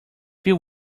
few